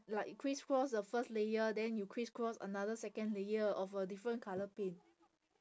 like criss cross the first layer then you criss cross another second layer of a different colour paint